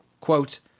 quote